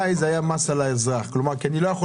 לא יכול לזלזל